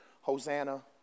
Hosanna